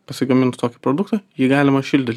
pasigamint tokį produktą jį galima šildyt